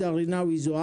שלום לכולם,